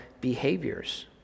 behaviors